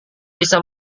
bisa